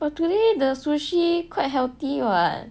but today the sushi quite healthy [what]